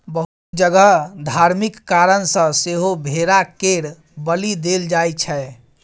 बहुत जगह धार्मिक कारण सँ सेहो भेड़ा केर बलि देल जाइ छै